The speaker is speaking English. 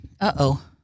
Uh-oh